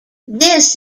this